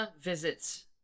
visits